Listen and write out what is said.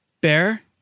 Bear